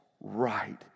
right